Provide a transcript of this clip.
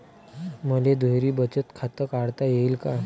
मले दुहेरी बचत खातं काढता येईन का?